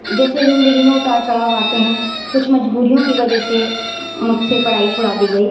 جیسے زندگی میں اتار چڑھاؤ آتے ہیں کچھ مجبوریوں کی وجہ سے آنکھ سے پڑھائی چھڑا دی گئی